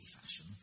fashion